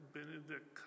Benedict